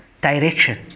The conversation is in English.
direction